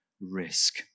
risk